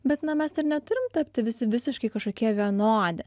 bet na mes ir neturim tapti visi visiškai kažkokie vienodi